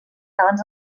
abans